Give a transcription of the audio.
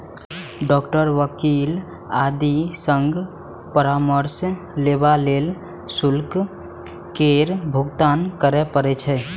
doctor, वकील आदि सं परामर्श लेबा लेल शुल्क केर भुगतान करय पड़ै छै